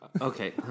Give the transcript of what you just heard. Okay